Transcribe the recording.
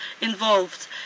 involved